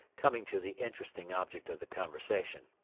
coming to the interesting object of the conversation.